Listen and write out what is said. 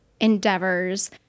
endeavors